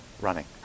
running